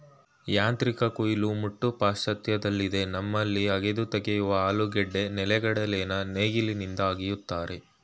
ಯಾಂತ್ರಿಕ ಕುಯಿಲು ಮುಟ್ಟು ಪಾಶ್ಚಾತ್ಯದಲ್ಲಿದೆ ನಮ್ಮಲ್ಲಿ ಅಗೆದು ತೆಗೆಯುವ ಆಲೂಗೆಡ್ಡೆ ನೆಲೆಗಡಲೆನ ನೇಗಿಲಿಂದ ಅಗಿತಾರೆ